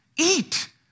eat